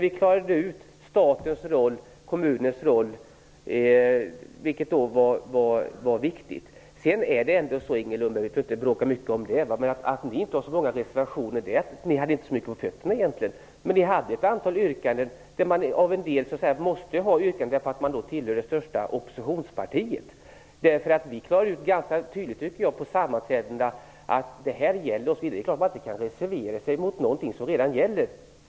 Vi klarade ut statens roll och kommunens roll, vilket var viktigt då. Vi behöver inte bråka så mycket om det, Inger Lundberg, men anledningen till att ni inte har så många reservationer är att ni inte hade så mycket på fötterna. Ni hade gjort ett antal yrkanden. Man måste göra yrkanden när man tillhör det största oppositionspartiet. Jag tycker att vi klarade ut ganska tydligt vad som gällde på sammanträdena. Det är klart att man inte kan reservera sig mot någonting som redan gäller.